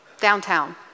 downtown